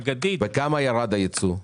בכמה ירד הייצוא?